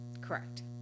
Correct